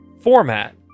format